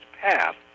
path